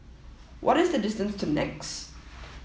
what is the distance to NEX